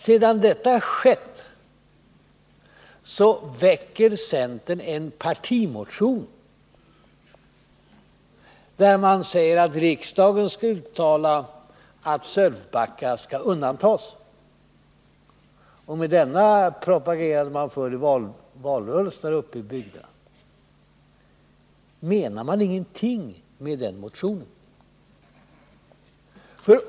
Sedan detta skett väcker centern en partimotion, där man säger att Onsdagen den riksdagen skall uttala att Sölvbackaströmmarna skall undantas, och denna 21 november 1979 motion propagerade man för i valrörelsen där uppe i bygderna. Menar man ingenting med den motionen?